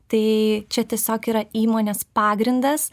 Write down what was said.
tai čia tiesiog yra įmonės pagrindas